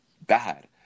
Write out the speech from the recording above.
bad